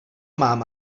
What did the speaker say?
mám